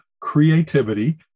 creativity